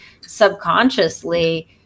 subconsciously